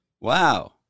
Wow